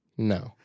No